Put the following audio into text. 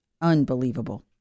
Unbelievable